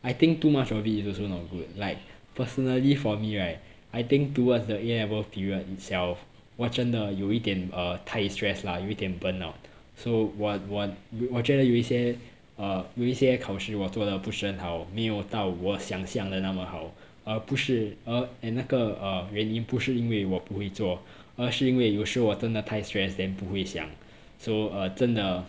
I think too much of it is also not good like personally for me right I think towards the A level period itself 我真的有一点 uh 太 stress lah 有一点 burn out so 我我我觉得有一些 err 有一些考试我做得不是很好没有到我想象的那么好而不是而 uh 那个 uh 原因不是因为我不会做而是因为有时候我真的太 stress then 不会想 so err 真的